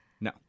No